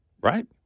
Right